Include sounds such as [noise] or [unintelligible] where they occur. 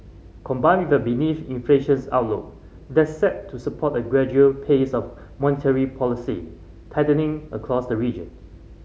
combined with a [unintelligible] inflations outlook that set to support a gradual pace of monetary policy tightening across the region